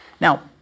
Now